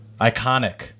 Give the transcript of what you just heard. Iconic